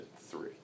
three